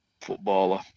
footballer